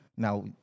now